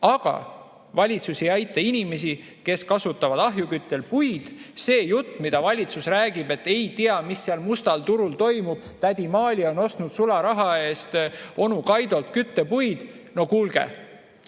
aga valitsus ei aita inimesi, kes kasutavad ahjukütet, puid. See jutt, mida valitsus räägib, et ei tea, mis seal mustal turul toimub, tädi Maali on ostnud sularaha eest onu Kaidolt küttepuid ... No kuulge,